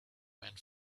went